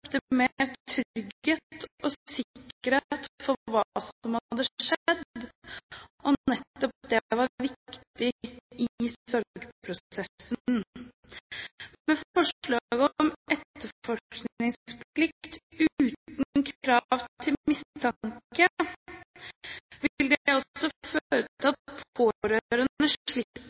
trygghet og sikkerhet for hva som hadde skjedd, og nettopp det var viktig i sorgprosessen. Forslaget om etterforskningsplikt uten krav til mistanke vil også føre til at pårørende slipper